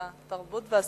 התרבות והספורט.